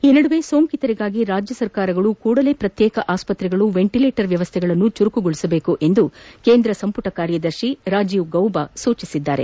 ಈ ನಡುವೆ ಸೋಂಕಿತರಿಗಾಗಿ ರಾಜ್ಯ ಸರ್ಕಾರಗಳು ಕೂಡಲೇ ಪ್ರತ್ಯೇಕ ಆಸ್ತತ್ರೆಗಳು ವೆಂಟಿಲೇಟರ್ ವ್ಯವಸ್ಥೆಯನ್ನು ಚುರುಕುಗೊಳಿಸಬೇಕು ಎಂದು ಕೇಂದ್ರ ಸಂಪುಟ ಕಾರ್ಯದರ್ಶಿ ರಾಜೀವ್ ಗೌಬಾ ಸೂಚಿಸಿದ್ದಾರೆ